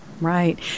Right